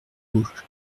auch